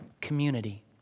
community